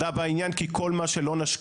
בוקר טוב לכולם.